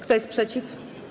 Kto jest przeciw?